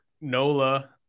Nola